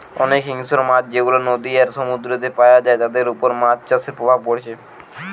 অনেক হিংস্র মাছ যেগুলা নদী আর সমুদ্রেতে পায়া যায় তাদের উপর মাছ চাষের প্রভাব পড়ছে